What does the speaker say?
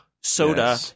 soda